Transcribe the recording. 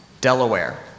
Delaware